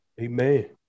Amen